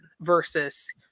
versus